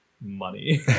money